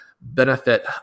benefit